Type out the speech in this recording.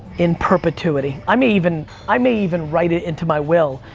in perpetuity, i may even, i may even write it into my will,